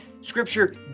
scripture